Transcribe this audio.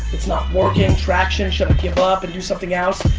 it's not working. traction. should i give up and do something else?